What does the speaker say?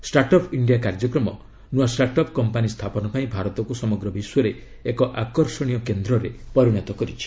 startup India କାର୍ଯ୍ୟକ୍ରମ ନୂଆ startup company ସ୍ଥାପନ ପାଇଁ ଭାରତକୁ ସମଗ୍ର ବିଶ୍ୱରେ ଏକ ଆକର୍ଷଣୀୟ କେନ୍ଦ୍ରରେ ପରିଣତ କରିଛି